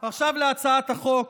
ועכשיו להצעת החוק.